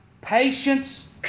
patience